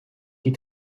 die